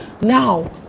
now